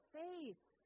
faith